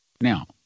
Now